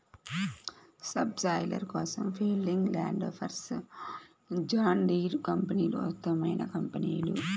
sub soiler కోసం Fieldking, Landforce, John Deere కంపెనీలు ఉత్తమమైన కంపెనీలు